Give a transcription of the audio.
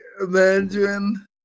imagine